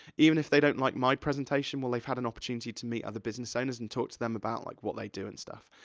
even if they don't like my presentation, well, they've had an opportunity to meet other business owners, and talk to them about like what they do, and stuff.